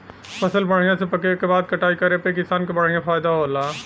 फसल बढ़िया से पके क बाद कटाई कराये पे किसान क बढ़िया फयदा होला